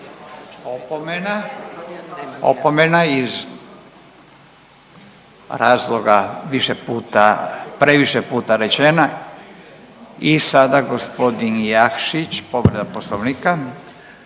Opomena iz razloga više puta previše puta rečena. I sada g. Jakšić povreda poslovnika.